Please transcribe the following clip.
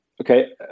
Okay